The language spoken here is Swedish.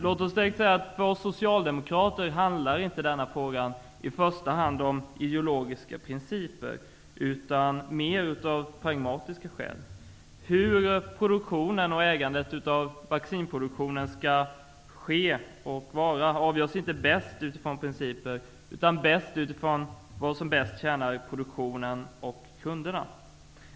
Låt mig direkt säga att för oss socialdemokrater handlar inte denna fråga i första hand om ideologiska principer, utan mer om pragmatiska ting. Hur vaccinproduktionen skall ske och var ägandet skall ligga avgörs inte bäst utifrån principer, utan bäst utifrån vad som bäst tjänar produktionen och kunderna.